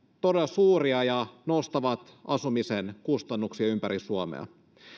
todella suuria ja nostavat asumisen kustannuksia ympäri suomea